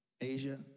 Asia